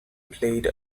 played